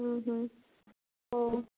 ହୁଁ ହୁଁ ହଉ